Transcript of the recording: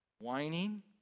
whining